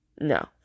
No